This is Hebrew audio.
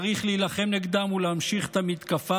צריך להילחם נגדם ולהמשיך את המתקפה